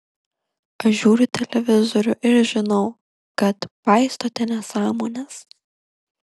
aš žiūriu televizorių ir žinau kad paistote nesąmones